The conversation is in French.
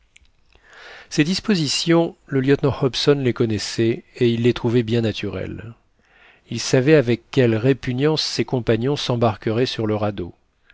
ces dispositions le lieutenant hobson les connaissait et il les trouvait bien naturelles il savait avec quelle répugnance ses compagnons s'embarqueraient sur le